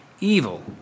evil